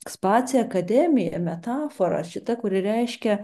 space akademija metafora šita kuri reiškia